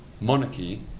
monarchy